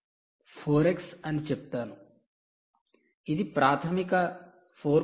X అని చెప్తాను ఇది ప్రాథమిక 4